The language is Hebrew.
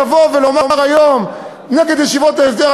לבוא ולומר היום נגד ישיבות ההסדר,